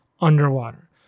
underwater